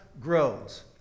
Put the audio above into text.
grows